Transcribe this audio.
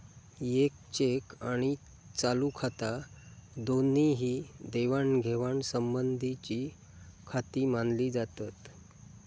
येक चेक आणि चालू खाता दोन्ही ही देवाणघेवाण संबंधीचीखाती मानली जातत